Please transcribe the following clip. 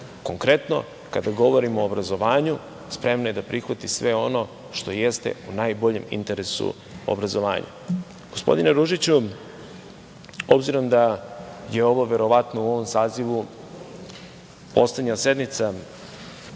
Konkretno, kada govorimo o obrazovanju, spremna je da prihvati sve ono što jeste u najboljem interesu obrazovanja. Gospodine Ružiću, obzirom da je ovo verovatno, u ovom sazivu poslednja sednica